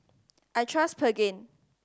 I trust Pregain